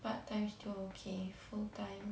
part time still okay full time